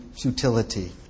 futility